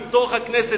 מתוך הכנסת.